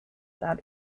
that